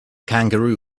kangaroo